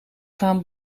gaan